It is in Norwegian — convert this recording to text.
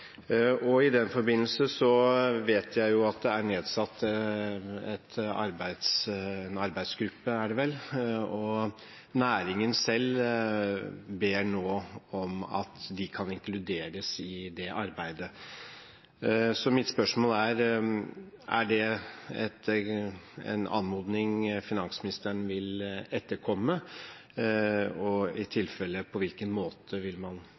finansinstitusjonene. I den forbindelse vet jeg at det er nedsatt en arbeidsgruppe, er det vel, og næringen selv ber nå om at de kan inkluderes i det arbeidet. Så mitt spørsmål er: Er det en anmodning finansministeren vil etterkomme?. Og eventuelt på hvilken måte vil man